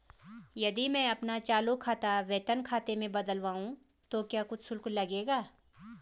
यदि मैं अपना चालू खाता वेतन खाते में बदलवाऊँ तो क्या कुछ शुल्क लगेगा?